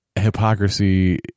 Hypocrisy